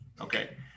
Okay